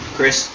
Chris